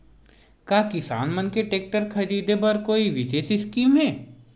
का किसान मन के टेक्टर ख़रीदे बर कोई विशेष स्कीम हे?